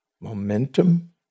momentum